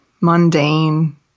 mundane